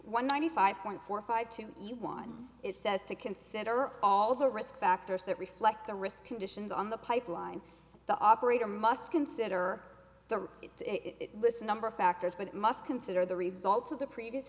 one ninety five point four five to one it says to consider all the risk factors that reflect the risk conditions on the pipeline the operator must consider the it lists number of factors but must consider the results of the previous